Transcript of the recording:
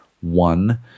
one